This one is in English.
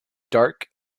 dark